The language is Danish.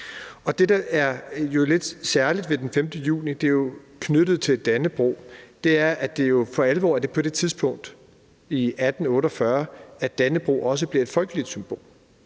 Det, der er lidt særligt ved den 5. juni – det er knyttet til Dannebrog – er jo, at det for alvor er på det tidspunkt i 1849, at Dannebrog også bliver et folkeligt symbol.